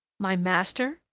my master?